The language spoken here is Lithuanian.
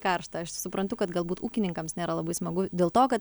karšta aš suprantu kad galbūt ūkininkams nėra labai smagu dėl to kad